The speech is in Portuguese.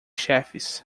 chefes